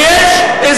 ואני רוצה להגיד לך,